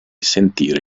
sentire